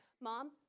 mom